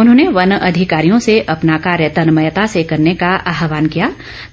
उन्होंने वन अधिकारियों से अपना कार्य तनमयता से करने का आहवान किया